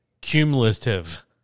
cumulative